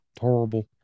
Horrible